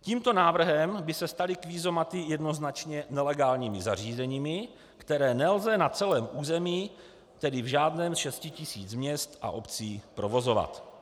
Tímto návrhem by se staly kvízomaty jednoznačně nelegálními zařízeními, která nelze na celém území, tedy v žádném z šesti tisíc měst a obcí, provozovat.